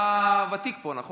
אתה ותיק פה, נכון?